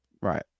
Right